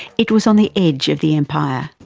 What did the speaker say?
it was on the edge of the empire.